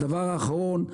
הדבר האחרון,